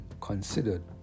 considered